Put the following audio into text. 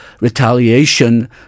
retaliation